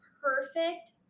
perfect